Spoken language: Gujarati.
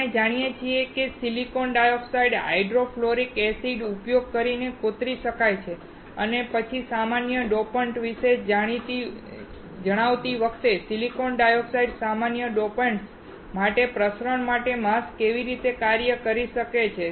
આપણે જાણીએ છીએ કે સિલિકોન ડાયોક્સાઇડ હાઇડ્રોફ્લોરિક એસિડનો ઉપયોગ કરીને કોતરી શકાય છે અને પછી સામાન્ય ડોપન્ટ્સ વિશે જણાવતી વખતે સિલિકોન ડાયોક્સાઇડ સામાન્ય ડોપન્ટ્સ માટે પ્રસરણ માટે માસ્ક તરીકે કેવી રીતે કાર્ય કરી શકે છે